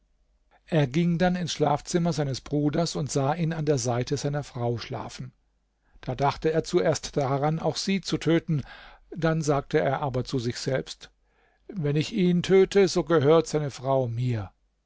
er ging dann ins schlafzimmer seines bruders und sah ihn an der seite seiner frau schlafen da dachte er zuerst daran auch sie zu töten dann sagte er aber zu sich selbst wenn ich ihn töte so gehört seine frau mir